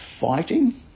fighting